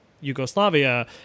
Yugoslavia